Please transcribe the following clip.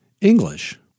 English